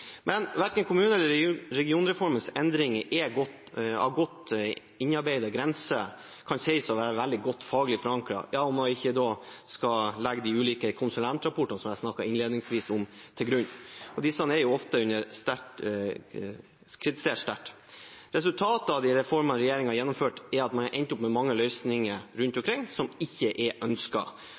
Verken kommuners eller regionreformens endringer av godt innarbeidede grenser kan sies å være veldig godt faglig forankret, om man da ikke skal legge de ulike konsulentrapportene som jeg snakket om innledningsvis, til grunn, og disse er ofte sterkt kritisert. Resultatet av de reformene regjeringen har gjennomført, er at man har endt opp med mange løsninger rundt omkring som ikke er